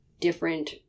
different